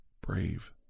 brave